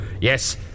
Yes